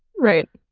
right,